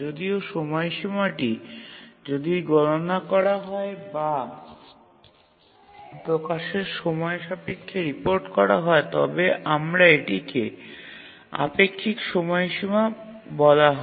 যদিও সময়সীমাটি যদি গণনা করা হয় বা প্রকাশের সময় সাপেক্ষে রিপোর্ট করা হয় তবে আমরা এটিকে আপেক্ষিক সময়সীমা বলা হয়